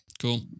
Cool